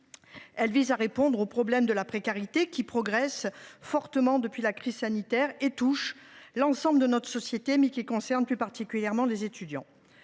Elle vise à répondre au problème de la précarité, qui progresse fortement depuis la crise sanitaire et touche l’ensemble de notre société, mais concerne plus particulièrement les étudiants.